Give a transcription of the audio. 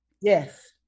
Yes